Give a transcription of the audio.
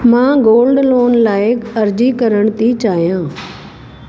मां gold loan लाइ अर्ज़ी करणु थी चाहियां